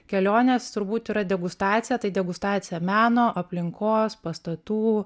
kelionės turbūt yra degustacija tai degustacija meno aplinkos pastatų